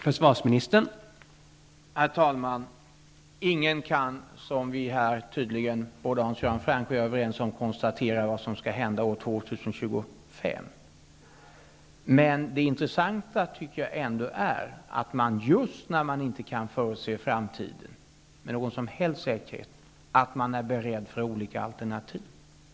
Herr talman! Hans Göran Franck och jag är överens om att ingen kan konstatera vad som skall hända år 2025. Men det intressanta är att just när man inte kan förutse framtiden med någon som helst säkerhet måste man i stället vara beredd på olika alternativ.